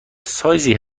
سایزی